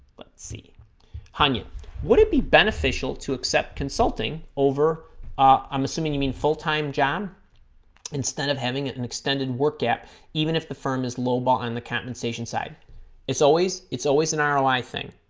let's see hanyu would it be beneficial to accept consulting over ah i'm assuming you mean full-time job instead of having an extended work gap even if the firm is lowball on the compensation side it's always it's always an ah roi thing